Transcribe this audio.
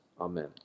Amen